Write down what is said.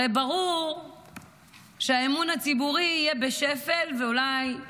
הרי ברור שהאמון הציבורי יהיה בשפל ואולי נהיה